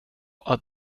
att